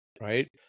Right